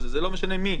זה לא משנה מי.